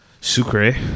sucre